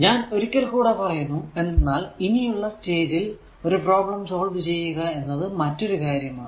ഞാൻ ഒരിക്കൽ കൂടെ പറയുന്നു എന്തെന്നാൽ ഇനിയുള്ള സ്റ്റേജ് ൽ ഒരു പ്രോബ്ലം സോൾവ് ചെയ്യുക എന്നത് മറ്റൊരു കാര്യം ആണ്